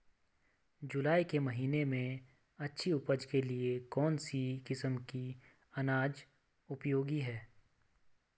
जुलाई के महीने में अच्छी उपज के लिए कौन सी किस्म के अनाज उपयोगी हैं?